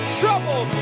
trouble